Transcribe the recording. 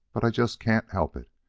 but i jest can't help it.